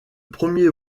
premier